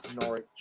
Norwich